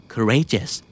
Courageous